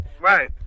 Right